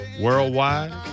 Worldwide